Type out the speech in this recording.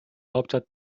hauptstadt